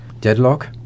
Deadlock